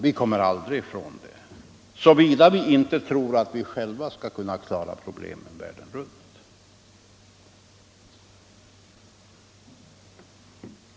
Vi kommer aldrig ifrån det, såvida vi inte tror att vi själva skall kunna klara problemen världen runt.